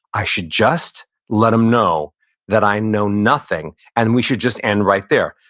i should just let them know that i know nothing and we should just end right there.